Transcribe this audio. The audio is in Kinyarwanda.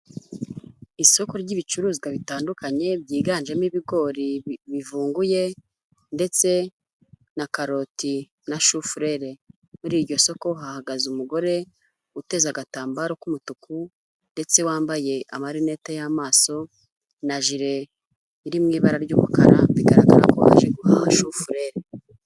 Isoko ry'ibicuruzwa bitandukanye byiganjemo ibigori bivunguye ndetse na karoti na shufurere. Muri iryo soko hahagaze umugore uteze agatambaro k'umutuku ndetse wambaye amarinete y'amaso na jire iri mu ibara ry'umukara bigaragara ko yaje guhaha shufurere.